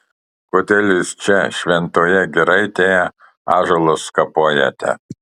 kodėl jūs čia šventoje giraitėje ąžuolus kapojate